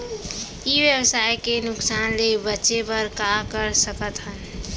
ई व्यवसाय के नुक़सान ले बचे बर का कर सकथन?